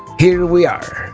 here we are,